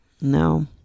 No